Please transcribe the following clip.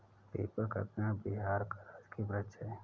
people का पेड़ बिहार का राजकीय वृक्ष है